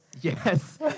yes